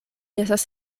estas